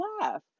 laugh